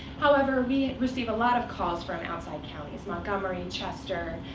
however, we receive a lot of calls from outside counties montgomery, chester,